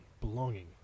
belonging